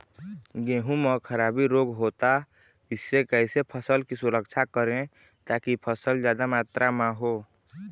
गेहूं म खराबी रोग होता इससे कैसे फसल की सुरक्षा करें ताकि फसल जादा मात्रा म हो?